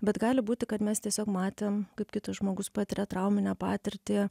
bet gali būti kad mes tiesiog matėm kaip kitas žmogus patiria trauminę patirtį